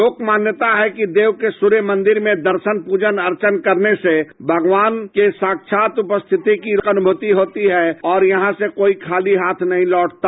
लोक मान्यता है कि देव के सूर्य मंदिर में दर्शन पूजन अर्चन करने से भगवान के साक्षात उपस्थिति की अनुभूति होती है और यहां से कोई खाली हाथ नहीं लौटता